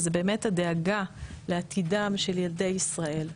זה באמת הדאגה לעתידם של ילדי ישראל.